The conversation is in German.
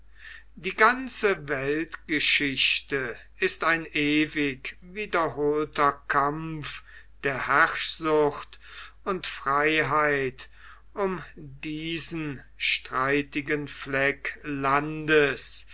die ganze weltgeschichte ist ein ewig wiederholter kampf der herrschsucht und freiheit um diesen streitigen fleck landes